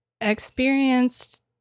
experienced